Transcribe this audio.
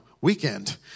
weekend